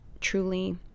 truly